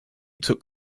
took